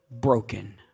broken